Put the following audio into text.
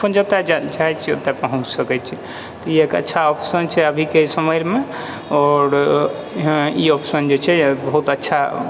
अपन जतय जा चाहे छियै ओतय पहुँच सकै छी तऽ ई एक अच्छा ऑप्शन छै अभीके समयमे आओर ई ऑप्शन जे छै बहुत अच्छा